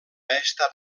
estat